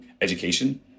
education